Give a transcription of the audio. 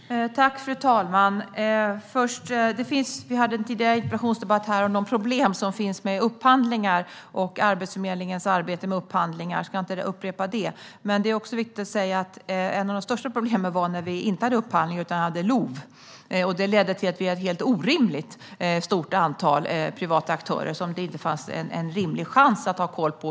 Fru talman! Först vill jag nämna att vi tidigare hade en interpellationsdebatt här om de problem som finns med upphandlingar och Arbetsförmedlingens arbete med upphandlingar. Jag ska inte upprepa vad som då sas. Men det är viktigt att säga att ett av de största problem som fanns när vi inte hade upphandlingar var LOV. Det ledde till att vi hade ett orimligt stort antal privata aktörer som Arbetsförmedlingen inte hade en rimlig chans att ha koll på.